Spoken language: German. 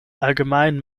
allgemein